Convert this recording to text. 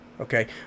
Okay